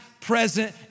present